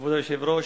כבוד היושב-ראש,